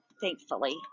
thankfully